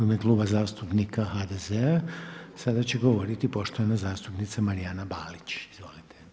U ime Kluba zastupnika HDZ-a sada će govoriti poštovana zastupnica Marijana Balić, izvolite.